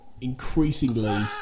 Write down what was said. increasingly